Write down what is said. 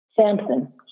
Samson